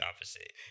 opposite